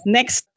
next